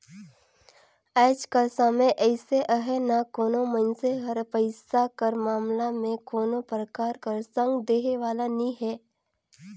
आएज कर समे अइसे अहे ना कोनो मइनसे हर पइसा कर मामला में कोनो परकार कर संग देहे वाला नी हे